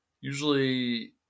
usually